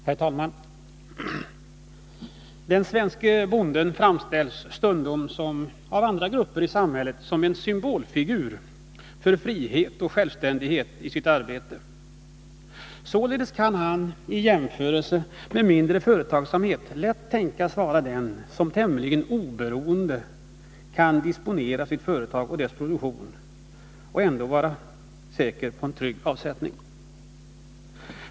Herr talman! Den svenske bonden framställs stundom av andra grupper i samhället som en symbolfigur för frihet och självständighet i sitt arbete. Således kan han i jämförelse med mindre företagare lätt tänkas vara den som tämligen oberoende kan disponera sitt företag och dess produktion och ändå vara säker på en trygg avsättning.